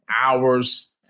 hours